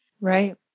right